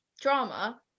drama